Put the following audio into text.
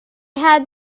had